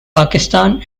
pakistan